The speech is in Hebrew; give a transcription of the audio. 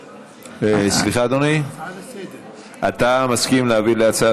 סליחה, אדוני, אתה מסכים להפוך להצעה